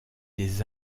des